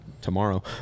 tomorrow